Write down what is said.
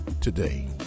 today